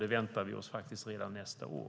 Det väntar vi oss redan nästa år.